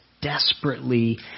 desperately